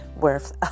worth